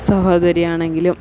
സഹോദരി ആണെങ്കിലും